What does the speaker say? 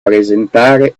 presentare